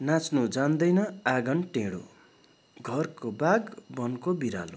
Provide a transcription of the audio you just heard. नाच्नु जान्दैन आँगन टेढो घरको बाघ वनको बिरालो